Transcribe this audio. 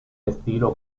estilo